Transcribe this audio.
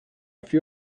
few